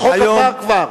החוק עבר כבר.